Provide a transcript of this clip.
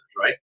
right